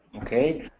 okay.